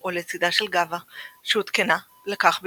או לצידה של גווה שהותקנה לכך במיוחד.